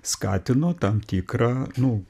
skatino tam tikrą nu